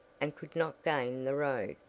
and could not gain the road,